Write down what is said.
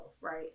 right